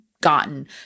gotten